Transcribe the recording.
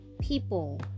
people